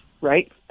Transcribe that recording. Right